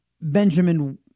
Benjamin